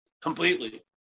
completely